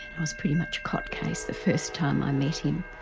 and i was pretty much a cot case the first time i met him.